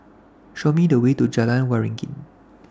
Show Me The Way to Jalan Waringin